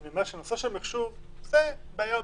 לא, נושא של מחשוב זה בעיה אובייקטיבית.